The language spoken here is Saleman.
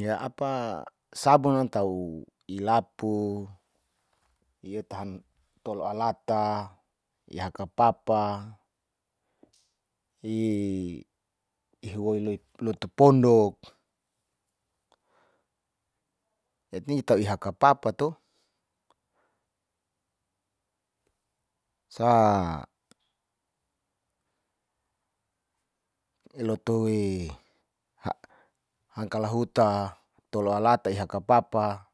ya apa sabun atau ilapu ia tahan tolo ilata, ihaka papa, ihuwoi lutu pondok yating tau ihaka papa to sa iloto e hangkala huta, tolo alata, ihaka papa,